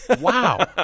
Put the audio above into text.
Wow